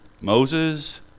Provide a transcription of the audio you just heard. Moses